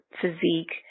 physique